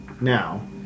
now